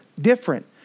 different